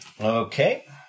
Okay